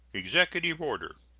executive order.